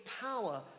power